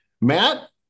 Matt